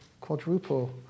quadruple